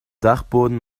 dachboden